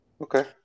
Okay